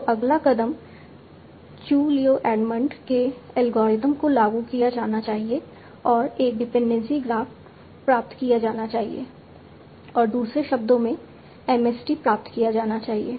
तो अगला कदम चू लियू एडमंड के एल्गोरिथ्म को लागू किया जाना चाहिए और एक डिपेंडेंसी ग्राफ प्राप्त किया जाना चाहिए और दूसरे शब्दों में MST प्राप्त किया जाना चाहिए